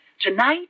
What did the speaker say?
Tonight